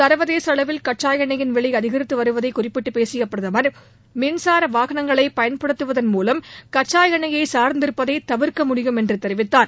சர்வதேச அளவில் கச்சா எண்ணையின் விலை அதிகரித்து வருவதை குறிப்பிட்டு பேசிய பிரதம் மின்சார வாகனங்களை பயன்படுத்துவதன் மூவம் கச்சா எண்ணையை சாா்ந்திருப்பதை தவிர்க்க முடியும் என்று தெரிவித்தார்